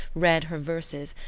read her verses,